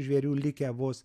žvėrių likę vos